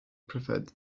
preferred